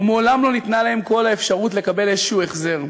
ומעולם לא ניתנה להם כל אפשרות לקבל איזשהו החזר,